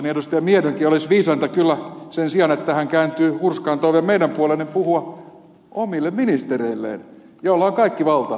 miedonkin olisi viisainta kyllä sen sijaan että hän kääntyy hurskain toivein meidän puoleemme puhua omille ministereilleen joilla on kaikki valta tässäkin asiassa